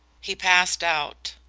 he passed out.